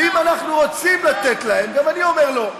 גם אני אומר לא.